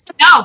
No